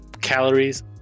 calories